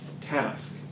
task